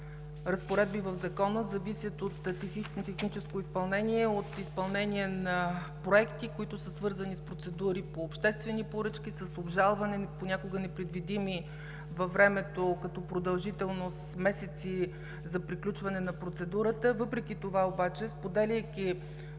разпоредби в Закона зависят от техническото изпълнение, от изпълнение на проекти, свързани с процедури по обществени поръчки, с обжалвания, понякога непредвидими във времето като продължителност – месеци за приключване на процедурата. Споделяйки